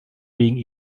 being